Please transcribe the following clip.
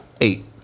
Eight